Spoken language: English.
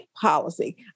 policy